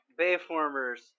Bayformers